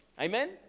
Amen